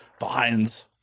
Vines